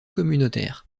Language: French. communautaires